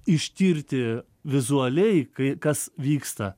ištirti vizualiai kai kas vyksta